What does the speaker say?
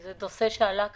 זה גם נושא שעלה בוועדה.